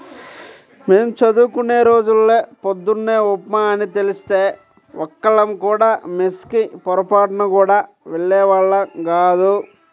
మేం చదువుకునే రోజుల్లో పొద్దున్న ఉప్మా అని తెలిస్తే ఒక్కళ్ళం కూడా మెస్ కి పొరబాటున గూడా వెళ్ళేవాళ్ళం గాదు